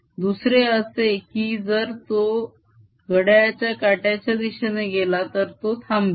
दुसरे असे की जर तो घड्याळाच्या काट्याच्या दिशेने गेला तर तो थांबेल